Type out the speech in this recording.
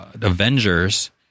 Avengers